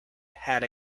had